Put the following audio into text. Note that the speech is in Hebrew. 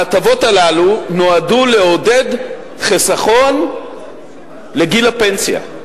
ההטבות הללו נועדו לעודד חיסכון לגיל הפנסיה,